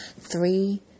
three